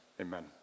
Amen